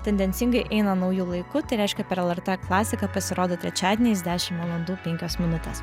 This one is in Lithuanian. tendencingai eina nauju laiku tai reiškia per lrt klasiką pasirodo trečiadieniais dešimt valandų penkios minutės